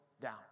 down